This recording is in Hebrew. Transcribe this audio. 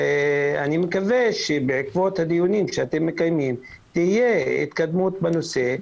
אני מקווה שבעקבות הדיונים שאתם מקיימים תהיה התקדמות בנושא,